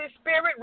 Spirit